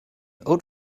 oat